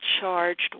charged